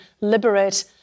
liberate